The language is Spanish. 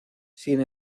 sin